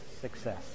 success